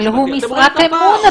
אבל הוא משרת אמון.